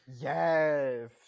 yes